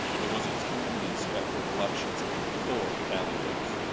there was a tammany inspector of elections and four tally clerks.